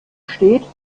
steht